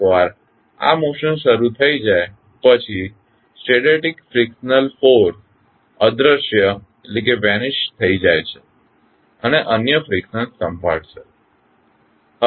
એકવાર આ મોશન શરૂ થઈ જાય પછી સ્ટેટીક ફ્રીકશન ફોર્સ અદૃશ્ય થઈ જાય છે અને અન્ય ફ્રીકશન્સ સંભાળશે